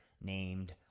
named